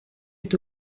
est